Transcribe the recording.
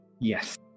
Yes